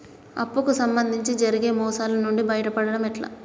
అప్పు కు సంబంధించి జరిగే మోసాలు నుండి బయటపడడం ఎట్లా?